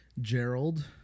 Gerald